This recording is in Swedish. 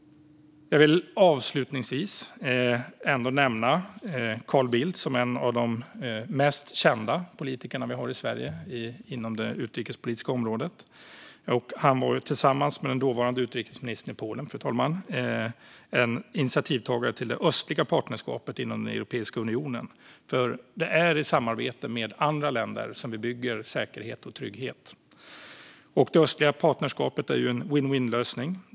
Jag vill avslutningsvis ändå nämna Carl Bildt som en av de mest kända politiker som vi har i Sverige inom det utrikespolitiska området. Han var tillsammans med den dåvarande utrikesministern i Polen en initiativtagare till det östliga partnerskapet inom Europeiska unionen. Det är nämligen i samarbete med andra länder som vi bygger säkerhet och trygghet. Det östliga partnerskapet är en vinn-vinnlösning.